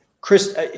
Chris